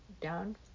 down